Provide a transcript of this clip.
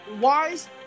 wise